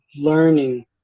learning